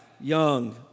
young